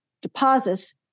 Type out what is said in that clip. deposits